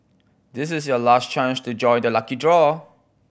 this is your last chance to join the lucky draw